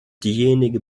diejenige